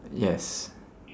yes